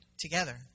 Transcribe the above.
together